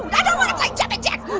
i don't wanna play jumping jacks.